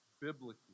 biblically